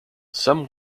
some